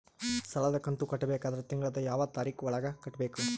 ಸಾಲದ ಕಂತು ಕಟ್ಟಬೇಕಾದರ ತಿಂಗಳದ ಯಾವ ತಾರೀಖ ಒಳಗಾಗಿ ಕಟ್ಟಬೇಕು?